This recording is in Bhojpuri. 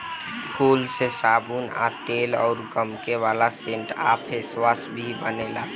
फूल से साबुन आ तेल अउर गमके वाला सेंट आ फेसवाश भी बनेला